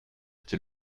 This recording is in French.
été